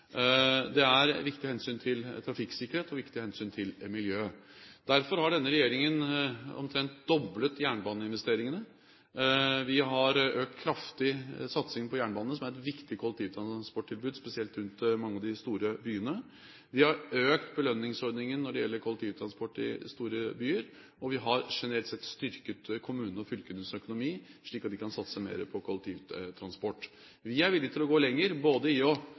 hensyn til trafikksikkerhet og viktig av hensyn til miljø. Derfor har denne regjeringen omtrent doblet jernbaneinvesteringene. Vi har økt satsingen på jernbane kraftig, som er et viktig kollektivtransporttilbud, spesielt rundt mange av de store byene. Vi har økt belønningsordningen når det gjelder kollektivtransport i store byer, og vi har generelt sett styrket kommunenes og fylkenes økonomi, slik at de kan satse mer på kollektivtransport. Vi er villig til å gå lenger i